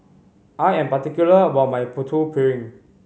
I am particular about my Putu Piring